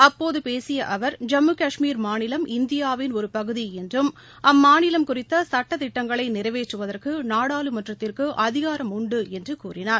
அப்போது பேசிய அவர் ஜம்மு காஷ்மீர் மாநிலம் இந்தியாவின் ஒரு பகுதி என்றும் அம்மாநிலம் குறித்த சட்டத்திட்டங்களை நிறைவேற்றுவதற்கு நாடாளுமன்றத்திற்கு அதிகாரம் உண்டு என்று கூறினார்